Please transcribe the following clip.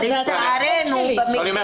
אבל לצערנו --- לא,